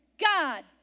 God